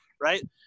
right